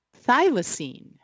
thylacine